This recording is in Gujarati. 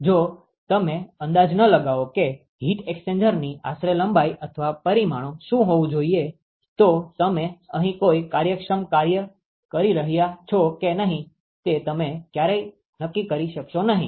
જો તમે અંદાજ ન લગાવો કે હીટ એક્સ્ચેન્જરની આશરે લંબાઈ અથવા પરિમાણો શું હોવું જોઈએ તો તમે અહીં કોઈ કાર્યક્ષમ કાર્ય કરી રહ્યા છો કે નહીં તે તમે ક્યારેય નક્કી કરી શકશો નહીં